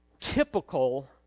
typical